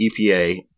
EPA